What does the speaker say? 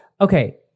okay